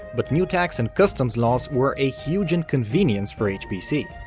but new tax and customs laws were a huge inconvenience for hbc.